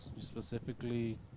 specifically